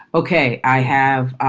ok, i have ah